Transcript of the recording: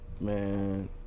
Man